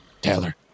Taylor